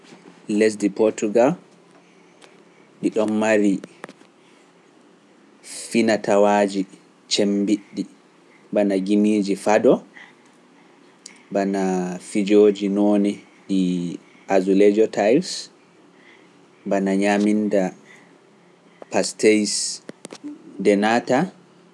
Lesdi Portugal ɗi ɗoon mari finatawaaji cemmbiɗɗi, bana gimiiji fado, bana fijooji noone e azulejo tairs, bana ñaaminda pastéis denaata.